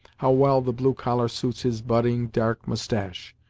how well the blue collar suits his budding dark moustache!